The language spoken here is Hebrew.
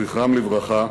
זכרם לברכה,